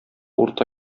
урта